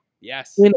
Yes